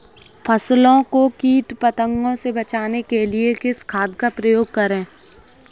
फसलों को कीट पतंगों से बचाने के लिए किस खाद का प्रयोग करें?